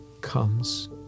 comes